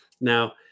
Now